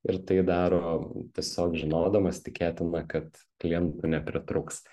ir tai daro tiesiog žinodamas tikėtina kad klientų nepritrūks